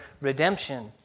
redemption